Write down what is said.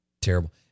terrible